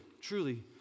truly